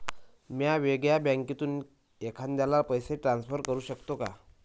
म्या वेगळ्या बँकेतून एखाद्याला पैसे ट्रान्सफर करू शकतो का?